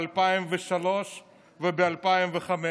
ב-2003 וב-2005,